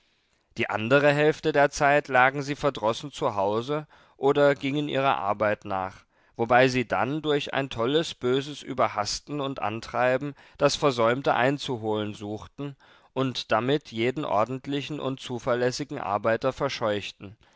die andere hälfte der zeit lagen sie verdrossen zu hause oder gingen ihrer arbeit nach wobei sie dann durch ein tolles böses überhasten und antreiben das versäumte einzuholen suchten und damit jeden ordentlichen und zuverlässigen arbeiter verscheuchten